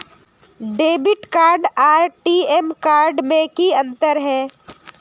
Debit card आर ATM card में की अंतर है?